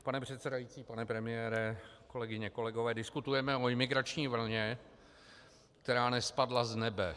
Pane předsedající, pane premiére, kolegyně, kolegové, diskutujeme o imigrační vlně, která nespadla z nebe.